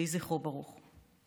יהי זכרו ברוך.